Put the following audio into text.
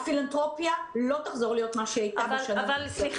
הפילנתרופיה לא תחזור להיות מה שהיא הייתה --- סליחה.